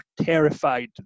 terrified